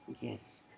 Yes